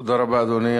תודה רבה, אדוני.